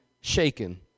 shaken